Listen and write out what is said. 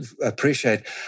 appreciate